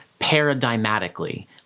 paradigmatically